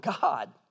God